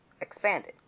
expanded